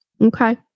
okay